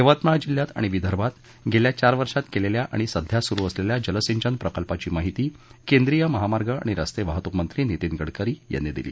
यवतमाळ जिल्ह्यात आणि विदर्भात गेल्या चार वर्षात केलेल्या आणि सध्या सुरू असलेल्या जलसिंचन प्रकल्पाची माहिती केंद्रीय महामार्ग आणि रस्ते वाहतूक मंत्री नितीन गडकरी यांनी दिली